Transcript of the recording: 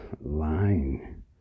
line